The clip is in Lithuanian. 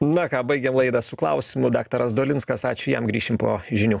na ką baigė laidą su klausimu daktaras dolinskas ačiū jam grįšim po žinių